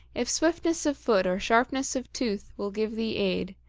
if swiftness of foot or sharpness of tooth will give thee aid,